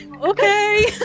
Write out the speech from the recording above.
okay